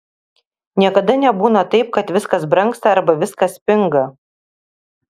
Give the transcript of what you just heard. niekada nebūna taip kad viskas brangsta arba viskas pinga